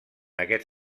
aquest